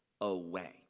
away